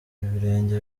ibirenge